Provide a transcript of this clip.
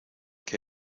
que